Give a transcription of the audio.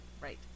Right